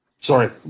Sorry